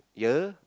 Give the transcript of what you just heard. ya